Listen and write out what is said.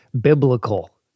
biblical